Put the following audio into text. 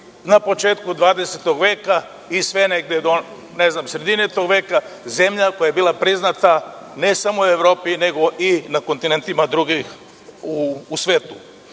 na početku HH veka i sve negde do sredine tog veka, zemlja koja je bila priznata ne samo u Evropi, nego i na drugim kontinentima u svetu. Na